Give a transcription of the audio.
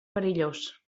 perillós